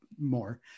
more